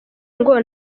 ngo